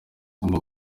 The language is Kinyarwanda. guma